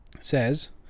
says